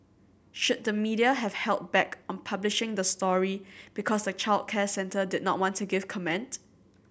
should the media have held back on publishing the story because the childcare centre did not want to give comment